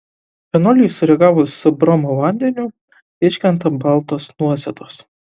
fenoliui sureagavus su bromo vandeniu iškrenta baltos nuosėdos